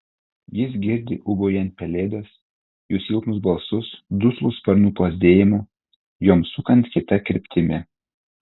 jis girdi ūbaujant pelėdas jų silpnus balsus duslų sparnų plazdėjimą joms sukant kita kryptimi